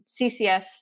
CCS